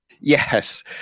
Yes